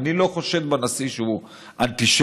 אני לא חושד בנשיא שהוא אנטישמי,